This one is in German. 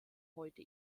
heute